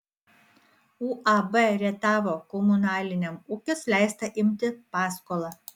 uab rietavo komunaliniam ūkis leista imti paskolą